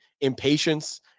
impatience